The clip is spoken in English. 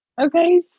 Okay